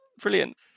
Brilliant